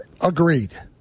Agreed